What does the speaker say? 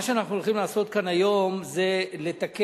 מה שאנחנו הולכים לעשות כאן היום זה לתקן,